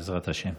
בעזרת השם.